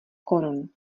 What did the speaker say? korun